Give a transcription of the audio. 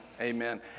Amen